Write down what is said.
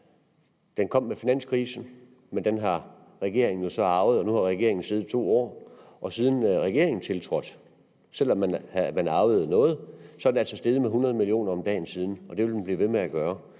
Den kom med finanskrisen, og den gæld har regeringen så arvet. Nu har regeringen siddet i 2 år, og selv om man arvede noget, så er den steget med 100 mio. kr. om dagen siden, og det vil den blive ved med at gøre.